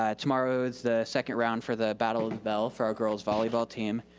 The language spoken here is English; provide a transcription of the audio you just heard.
ah tomorrow is the second round for the battle of the bell for our girls' volley ball team.